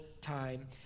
time